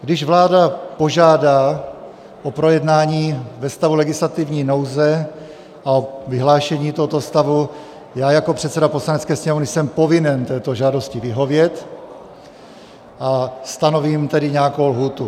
Když vláda požádá o projednání ve stavu legislativní nouze a o vyhlášení tohoto stavu, jako předseda Poslanecké sněmovny jsem povinen této žádosti vyhovět, a stanovím tedy nějakou lhůtu.